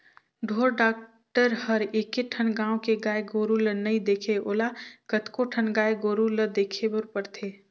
ढोर डॉक्टर हर एके ठन गाँव के गाय गोरु ल नइ देखे ओला कतको ठन गाय गोरु ल देखे बर परथे